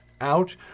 out